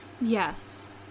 yes